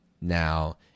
Now